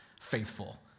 faithful